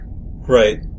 Right